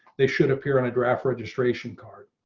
they should appear on a draft registration card.